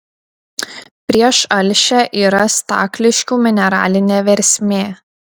prieš alšią yra stakliškių mineralinė versmė